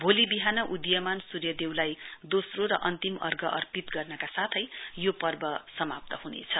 भोलि बिहान उदीयमान सूर्यदेवलाई दोस्रो र अन्तिम अर्ग अर्पित गर्नका साथै यो पर्व समाप्त हुनेछ